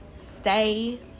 stay